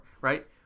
right